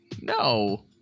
No